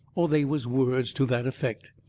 or they was words to that effect.